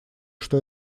что